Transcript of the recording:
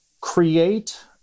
create